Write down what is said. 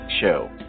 show